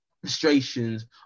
frustrations